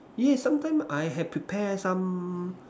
yes sometime I have prepare some